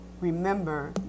remember